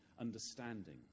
understanding